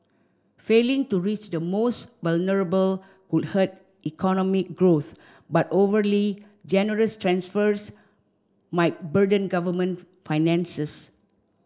failing to reach the most vulnerable could hurt economic growth but overly generous transfers might burden government finances